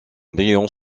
brillant